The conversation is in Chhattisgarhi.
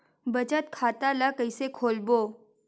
बचत खता ल कइसे खोलबों?